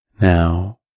Now